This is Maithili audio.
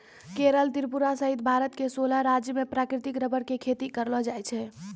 केरल त्रिपुरा सहित भारत के सोलह राज्य मॅ प्राकृतिक रबर के खेती करलो जाय छै